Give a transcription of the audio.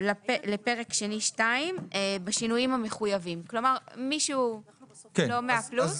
לפרק שני2 בשינויים המחויבים; כלומר מי שהוא לא 100 פלוס.